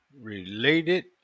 related